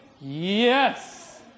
Yes